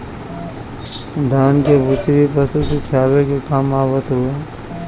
धान के भूसी भी पशु के खियावे के काम आवत हवे